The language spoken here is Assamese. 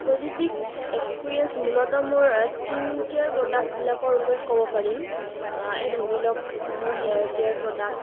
প'জিটিভ এক্সপিৰিয়েঞ্চ মূলতঃ মোৰ স্কীন কেয়াৰ প্ৰ'ডাক্টবিলাকৰ ওপৰত ক'ব পাৰিম এই ধৰি লওক মোৰ হেয়াৰ কেয়াৰ প্ৰ'ডাক্ট